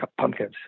Pumpkins